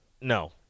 No